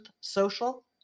social